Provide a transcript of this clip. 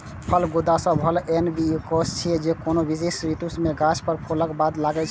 फल गूदा सं भरल एहन बीजकोष छियै, जे कोनो विशेष ऋतु मे गाछ पर फूलक बाद लागै छै